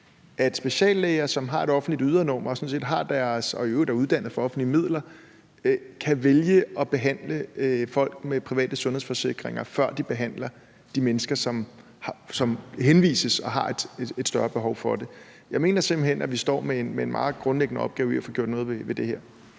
at speciallæger, som har et offentligt ydernummer og i øvrigt er uddannet for offentlige midler, kan vælge at behandle folk med private sundhedsforsikringer, før de behandler de mennesker, som henvises og har et større behov for det. Jeg mener simpelt hen, at vi står med en meget grundlæggende opgave i at få gjort noget ved det her.